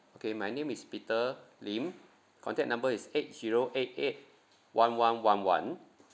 okay my name is peter lim contact number is eight zero eight eight one one one one